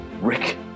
rick